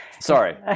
sorry